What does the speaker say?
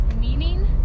meaning